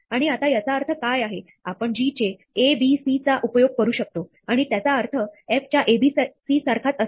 आणि आता याचा अर्थ काय आहे आपण g चे ab c चा उपयोग करू शकतो आणि त्याचा अर्थ f च्या a b c सारखाच असणार